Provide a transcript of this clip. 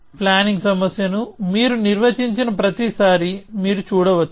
planning సమస్యను మీరు నిర్వచించిన ప్రతిసారీ మీరు చూడవచ్చు